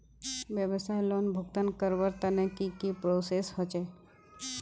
व्यवसाय लोन भुगतान करवार तने की की प्रोसेस होचे?